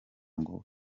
ngo